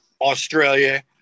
Australia